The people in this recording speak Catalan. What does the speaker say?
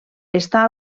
estar